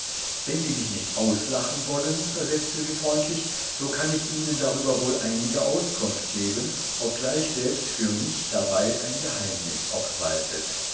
wenn sie mich nicht auslachen wollen versetzte sie freundlich so kann ich ihnen darüber wohl einige auskunft geben obgleich selbst für mich dabei ein geheimnis obwaltet